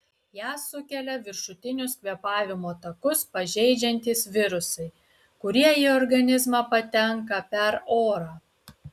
ją sukelia viršutinius kvėpavimo takus pažeidžiantys virusai kurie į organizmą patenka per orą